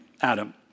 Adam